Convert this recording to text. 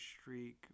streak